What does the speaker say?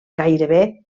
gairebé